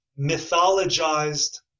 mythologized